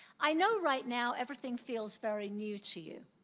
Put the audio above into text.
i know right now, everything feels very new to you.